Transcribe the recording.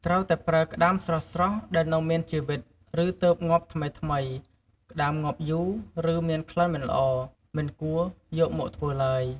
ត្រូវតែប្រើក្ដាមស្រស់ៗ ដែលនៅមានជីវិត ឬទើបងាប់ថ្មីៗ ក្ដាមងាប់យូរ ឬមានក្លិនមិនល្អ មិនគួរយកមកធ្វើឡើយ។